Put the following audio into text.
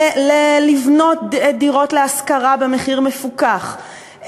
לבנות דירות להשכרה במחיר מפוקח,